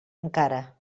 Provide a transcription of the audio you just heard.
encara